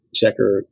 Checker